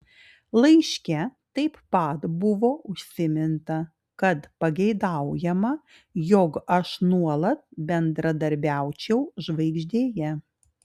laiške taip pat buvo užsiminta kad pageidaujama jog aš nuolat bendradarbiaučiau žvaigždėje